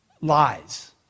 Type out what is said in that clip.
lies